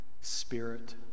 spirit